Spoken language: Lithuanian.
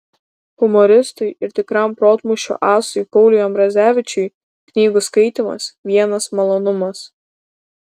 humoristui ir tikram protmūšių asui pauliui ambrazevičiui knygų skaitymas vienas malonumas